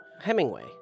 Hemingway